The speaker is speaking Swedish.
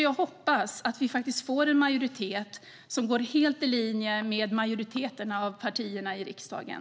Jag hoppas att vi får en majoritet som går helt i linje med majoriteten av partierna i riksdagen.